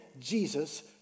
Jesus